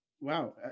Wow